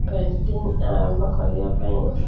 painting ଆରମ୍ଭ କରିବା ପାଇଁ